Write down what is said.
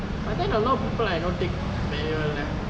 but then a lot of people I know take manual leh